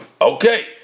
okay